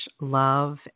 love